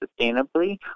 sustainably